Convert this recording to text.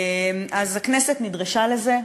הכנסת נדרשה לזה.